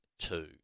Two